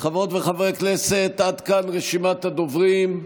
חברות וחברי הכנסת, עד כאן רשימת הדוברים.